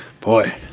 boy